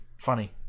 funny